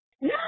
No